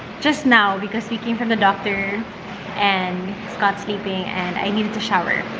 just now because we came from the doctor and scott's sleeping, and i needed to shower